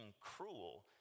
cruel